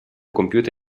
compiuta